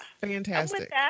fantastic